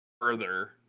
further